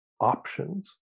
options